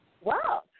Wow